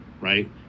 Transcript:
right